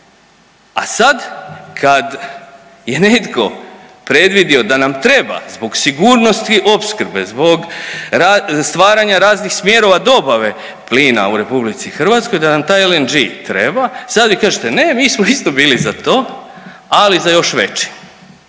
a sada kada je netko predvidio da nam treba zbog sigurnosti opskrbe, zbog stvaranja raznih smjerova dobave plina u Republici Hrvatskoj da nam taj LNG-e treba sada vi kažete – ne, mi smo isto bili za to ali za još veći.